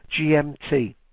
GMT